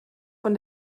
von